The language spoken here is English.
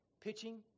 pitching